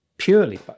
Purely